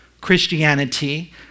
Christianity